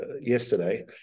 yesterday